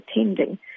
attending